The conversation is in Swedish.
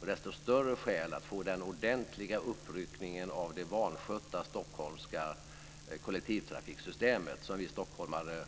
Det är desto större skäl att få en ordentlig uppryckning av det vanskötta stockholmska kollektivtrafiksystem som vi stockholmare